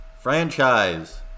Franchise